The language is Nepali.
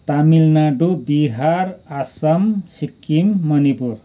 तामिलनाडू बिहार आसाम सिक्किम मणिपुर